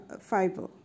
fiber